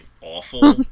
awful